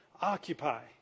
occupy